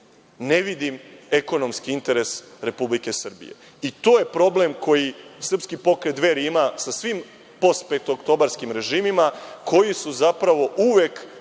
Ne vidim ekonomski interes Republike Srbije, i to je problem koji Srpski pokret Dveri ima sa svim post petooktobarskim režimima, koji su zapravo uvek